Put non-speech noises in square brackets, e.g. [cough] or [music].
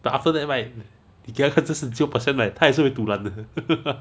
but after that right 你给他喝这是 zero percent right 他也是会 dulan [laughs]